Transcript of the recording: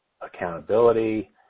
accountability